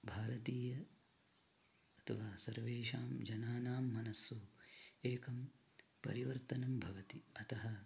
भारतीय अथवा सर्वेषां जनानां मनस्सु एकं परिवर्तनं भवति अतः